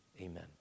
Amen